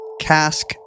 Cask